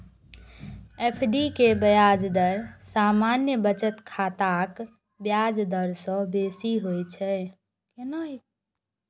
FD के ब्याज दर सामान्य बचत खाताक ब्याज दर सं बेसी होइ छै